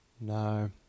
no